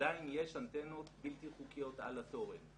עדיין יש אנטנות בלתי חוקיות על התורן.